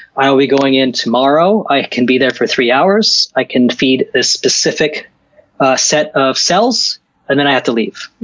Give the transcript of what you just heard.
i'll be going in tomorrow, i can be there for three hours. i can feed this specific set of cells and then i have to leave.